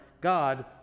God